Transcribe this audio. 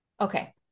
Okay